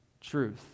truth